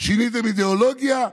שיניתם אידיאולוגיה?